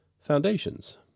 foundations